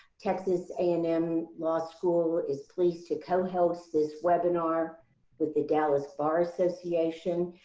texas a and m law school is pleased to cohost this webinar with the dallas bar association.